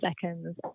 seconds